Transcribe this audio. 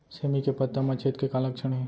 सेमी के पत्ता म छेद के का लक्षण हे?